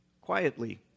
quietly